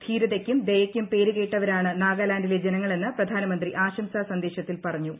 ധീരതയ്ക്കും ദയയ്ക്കും പേരുകേട്ടവരാണ് നാഗാലാൻഡിലെ ജനങ്ങളെന്ന് പ്രധാനമന്ത്രി ആശംസാ സന്ദേശത്തിൽ പറഞ്ഞൂ